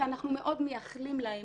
שאנחנו מאוד מחיילים להם,